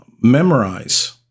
memorize